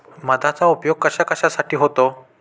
मधाचा उपयोग कशाकशासाठी होतो?